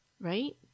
right